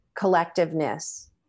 collectiveness